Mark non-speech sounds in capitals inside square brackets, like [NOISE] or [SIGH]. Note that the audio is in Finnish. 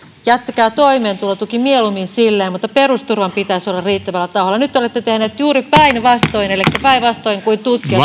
jättäkää toimeentulotuki mieluummin silleen mutta perusturvan pitäisi olla riittävällä tasolla nyt te olette tehneet juuri päinvastoin elikkä päinvastoin kuin tutkijat [UNINTELLIGIBLE]